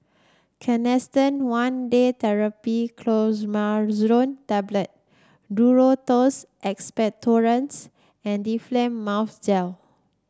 Canesten One Day Therapy Clotrimazole Tablet Duro Tuss Expectorants and Difflam Mouth Gel